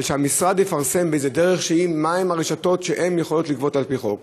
שהמשרד יפרסם באיזו דרך שהיא מי הן הרשתות שיכולות לגבות על-פי חוק.